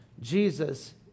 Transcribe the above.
jesus